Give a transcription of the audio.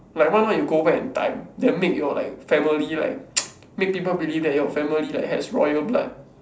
like why not you go back in time then make your like your family like make people believe that your family like has royal blood